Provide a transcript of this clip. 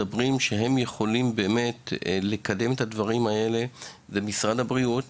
יכולים לקדם את הדברים האלה הם משרד הבריאות,